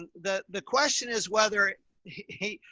and the, the question is whether he,